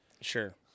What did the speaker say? Sure